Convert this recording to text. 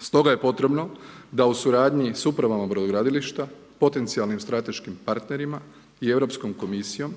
Stoga je potrebno da u suradnji s upravama brodogradilištima, potencijalnim strateškim partnerima i Europskom komisijom,